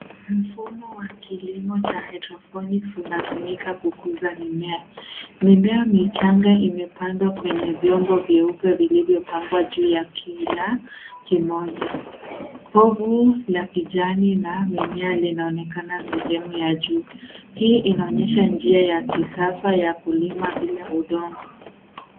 Mfumo wa kilimo cha hydroponics unatumika kukuza mimea. Mimea michanga imepandwa kwenye vyombo vyeupe vilivyopangwa juu ya kila kimoja. Povu la kijani na mimea linaonekana sehemu ya juu. Hii inaonyesha njia ya kisasa ya kulima bila udongo.